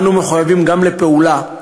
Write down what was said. אנו מחויבים גם לפעולה,